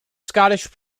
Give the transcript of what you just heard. scottish